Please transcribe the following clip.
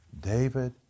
David